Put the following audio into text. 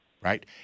right